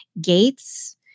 Gates